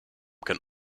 can